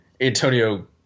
Antonio